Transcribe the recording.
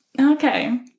okay